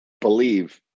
believe